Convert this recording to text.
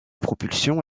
propulsion